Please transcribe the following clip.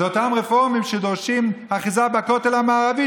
אלה אותם רפורמים שדורשים אחיזה בכותל המערבי,